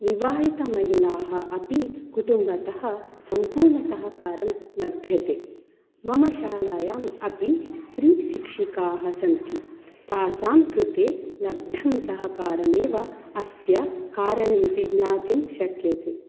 विवाहितमहिलाः अपि कुटम्बतः सम्पूर्णसहकारं लभ्यते मम शालायाम् अपि स्त्रीशिक्षिकाः सन्ति तासां कृते लब्धम् सहकारमेव अस्य कारणम् इति ज्ञातुं शक्यते